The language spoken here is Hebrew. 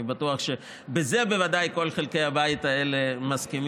אני בטוח שבזה בוודאי כל חלקי הבית הזה מסכימים.